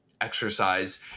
exercise